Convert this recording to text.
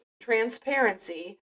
transparency